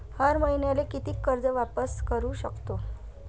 हर मईन्याले कितीक कर्ज वापिस करू सकतो?